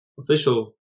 official